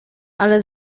ale